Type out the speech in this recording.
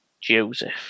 Joseph